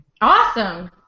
Awesome